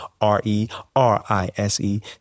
R-E-R-I-S-E